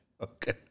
Okay